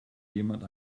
jemand